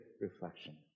reflection